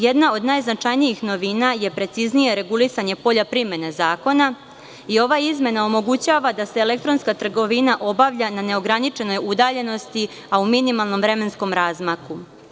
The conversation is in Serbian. Jedna od najznačajnijih novina je preciznije regulisanje polja primene zakona i ova izmena omogućava da se elektronska trgovina obavlja na neograničenoj udaljenosti, a u minimalnom vremenskom razmaku.